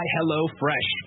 HelloFresh